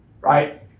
right